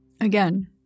Again